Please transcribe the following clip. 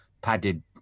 padded